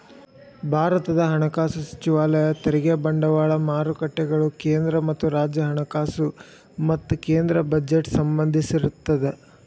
ಭಾರತದ ಹಣಕಾಸು ಸಚಿವಾಲಯ ತೆರಿಗೆ ಬಂಡವಾಳ ಮಾರುಕಟ್ಟೆಗಳು ಕೇಂದ್ರ ಮತ್ತ ರಾಜ್ಯ ಹಣಕಾಸು ಮತ್ತ ಕೇಂದ್ರ ಬಜೆಟ್ಗೆ ಸಂಬಂಧಿಸಿರತ್ತ